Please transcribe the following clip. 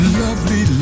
lovely